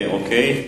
אוקיי.